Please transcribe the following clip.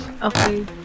Okay